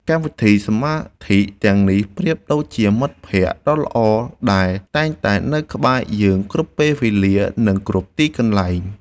កម្មវិធីសមាធិទាំងនេះប្រៀបដូចជាមិត្តភក្តិដ៏ល្អដែលតែងតែនៅក្បែរយើងគ្រប់ពេលវេលា និង គ្រប់ទីកន្លែង។